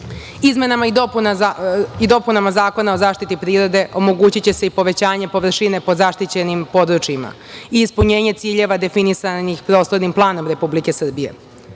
i dopunama Zakona o zaštiti prirode omogućiće se i povećanje površine pod zaštićenim područjima i ispunjenje ciljeva definisanih prostornim planom Republike Srbije.